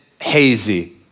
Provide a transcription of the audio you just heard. hazy